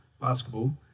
basketball